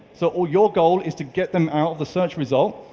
so your goal is to get them out of the search result,